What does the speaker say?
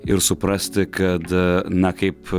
ir suprasti kad na kaip